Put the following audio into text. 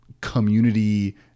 community